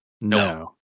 No